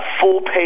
full-page